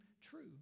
true